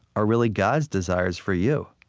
are really god's desires for you.